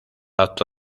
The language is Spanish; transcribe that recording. acto